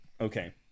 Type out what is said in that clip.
okay